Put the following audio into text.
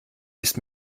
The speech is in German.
ist